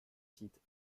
titre